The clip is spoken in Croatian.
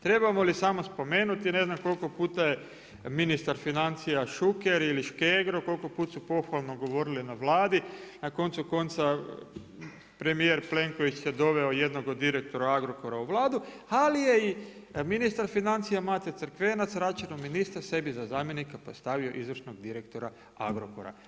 Trebalo mi samo spomenuti, ne znam koliko puta je ministar financija Šuker ili Škegro, koliko puta su pohvalno govorili na Vladi, na koncu konca, premijer Plenković je doveo jednog od direktora Agrokora u Vladu, ali je i ministar financija Mate Crkvenac, Račanov ministar sebi za zamjenika postavio izvršnog direktora Agrokora.